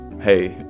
hey